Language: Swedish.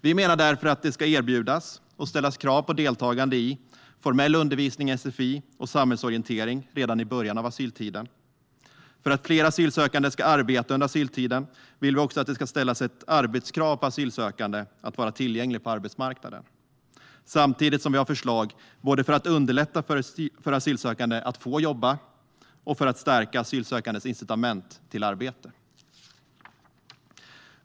Vi menar därför att det ska erbjudas och ställas krav på deltagande i formell undervisning i sfi och samhällsorientering redan i början av asyltiden. För att fler asylsökande ska arbeta under asyltiden vill vi också att det ska ställas ett arbetskrav på asylsökande att de ska vara tillgängliga på arbetsmarknaden. Samtidigt har vi förslag både för att underlätta för asylsökande att få jobba och för att stärka asylsökandes incitament att arbeta.